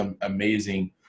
amazing